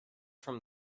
from